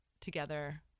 together